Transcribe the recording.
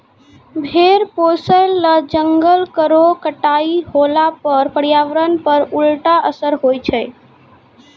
भेड़ पोसय ल जंगल केरो कटाई होला पर पर्यावरण पर उल्टा असर होय छै